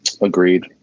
Agreed